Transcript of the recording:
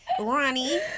Ronnie